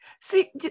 See